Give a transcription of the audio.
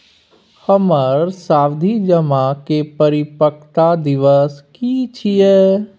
हमर सावधि जमा के परिपक्वता दिवस की छियै?